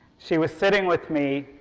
she was sitting with me,